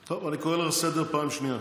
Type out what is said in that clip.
טוב, אני קורא אותך לסדר פעם שנייה.